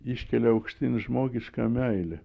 iškelia aukštyn žmogišką meilę